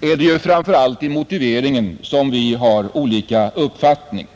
är det framför allt i motiveringen som vi har olika uppfattningar.